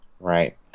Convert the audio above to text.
Right